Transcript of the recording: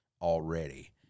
Already